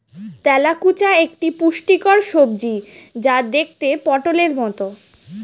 তেলাকুচা একটি পুষ্টিকর সবজি যা দেখতে পটোলের মতো